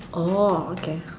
orh okay